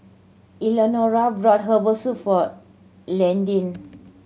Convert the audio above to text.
Elnora bought herbal soup for Landyn